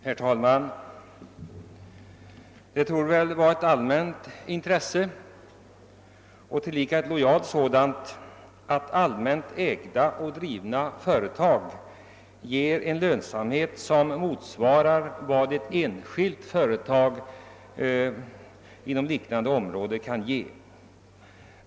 Herr talman! Det torde vara ett utbrett intresse — tillika ett uttryck av lojalitet — att allmänt ägda och drivna företag ger en lönsamhet, som motsvarar vad ett enskilt företag inom liknande område kan ge.